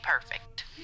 perfect